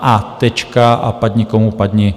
A tečka a padni komu padni.